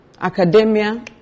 academia